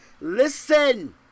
Listen